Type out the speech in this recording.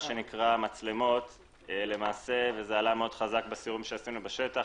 מצלמות עלה מאוד חזק בסיורים שעשינו בשטח.